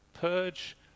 Purge